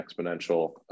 exponential